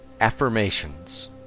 Affirmations